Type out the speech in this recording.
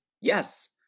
Yes